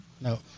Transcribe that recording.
No